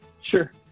Sure